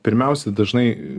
pirmiausia dažnai